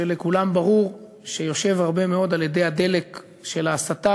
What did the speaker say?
שלכולם ברור שיושב הרבה מאוד על אדי הדלק של ההסתה